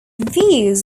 views